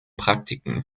praktiken